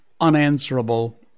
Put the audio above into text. unanswerable